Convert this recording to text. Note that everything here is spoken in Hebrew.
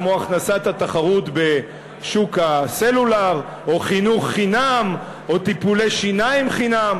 כמו הכנסת התחרות בשוק הסלולר או חינוך חינם או טיפולי שיניים חינם,